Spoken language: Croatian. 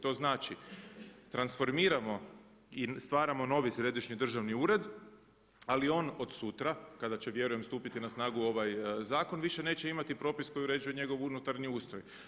To znači, transformiramo i stvaramo novi središnji državni ured, ali on od sutra kada će vjerujem stupiti na snagu ovaj zakon više neće imati propis koji uređuje njegov unutarnji ustroj.